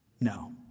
No